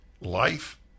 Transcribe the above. Life